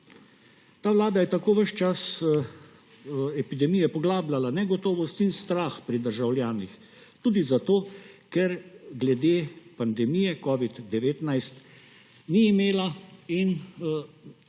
Ta vlada je tako ves čas epidemije poglabljala negotovost in strah pri državljanih, tudi zato ker glede pandemije covida-19 ni imela dobrih